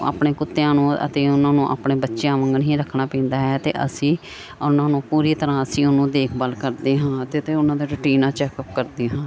ਆਪਣੇ ਕੁੱਤਿਆਂ ਨੂੰ ਅਤੇ ਉਹਨਾਂ ਨੂੰ ਆਪਣੇ ਬੱਚਿਆਂ ਵਾਂਗੂ ਹੀ ਰੱਖਣਾ ਪੈਂਦਾ ਹੈ ਅਤੇ ਅਸੀਂ ਉਹਨਾਂ ਨੂੰ ਪੂਰੀ ਤਰ੍ਹਾਂ ਅਸੀਂ ਉਹਨੂੰ ਦੇਖਭਾਲ ਕਰਦੇ ਹਾਂ ਅਤੇ ਅਤੇ ਉਹਨਾਂ ਦਾ ਰੁਟੀਨ ਨਾਲ ਚੈੱਕਅਪ ਕਰਦੇ ਹਾਂ